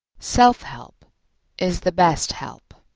self-help is the best help.